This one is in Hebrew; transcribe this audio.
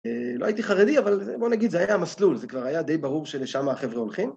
לא הייתי חרדי, אבל בוא נגיד זה היה המסלול, זה כבר היה די ברור שלשם החבר'ה הולכים.